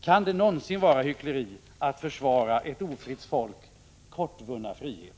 Kan det någonsin vara hyckleri att försvara ett folks för kort tid sedan vunna frihet?